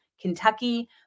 Kentucky